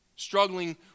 Struggling